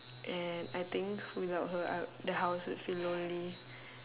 and I think without her I the house would feel lonely